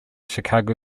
chicago